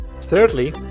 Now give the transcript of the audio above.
Thirdly